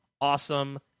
awesome